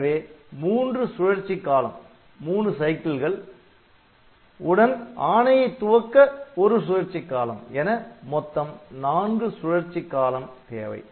எனவே மூன்று சுழற்சிக் காலம் உடன் ஆணையை துவக்க ஒரு சுழற்சி காலம் என மொத்தம் நான்கு சுழற்சிக் காலம் தேவை